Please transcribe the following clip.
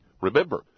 Remember